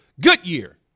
Goodyear